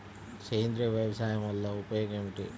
సేంద్రీయ వ్యవసాయం వల్ల ఉపయోగం ఏమిటి?